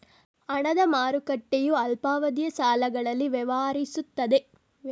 ಹಣದ ಮಾರುಕಟ್ಟೆಯು ಅಲ್ಪಾವಧಿಯ ಸಾಲಗಳಲ್ಲಿ ವ್ಯವಹರಿಸುತ್ತದೆ